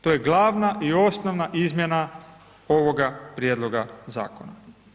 To je glavna i osnovna izmjena ovoga prijedloga zakona.